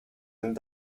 and